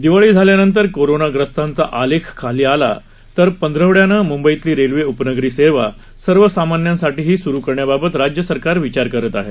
दिवाळी झाल्यानंतर कोरोनाग्रस्तांचा आलेख खाली आला तर पंधरवड्यानं मुंबईतली रेल्वे उपनगरी सेवा सर्व सामान्यांसाठीही सुरू करण्याबाबत राज्य सरकार विचार करत आहे